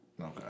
Okay